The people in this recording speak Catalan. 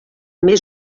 més